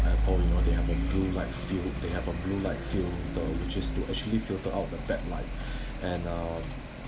at home you know they have a blue light feel they have a blue light feel which is to actually filter out the bad light and uh